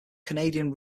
canadian